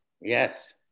Yes